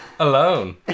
Alone